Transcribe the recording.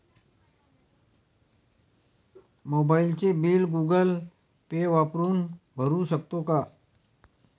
मोबाइलचे bill Google Pay वापरून भरू शकतो का?